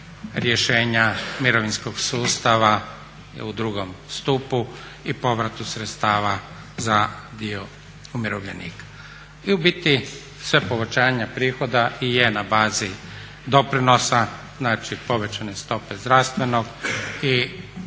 rješenja mirovinskog sustava u drugom stupu i povratu sredstava za dio umirovljenika. I u biti sva povećanja prihoda i je na bazi doprinosa, znači povećane stope zdravstvenog i povlačenje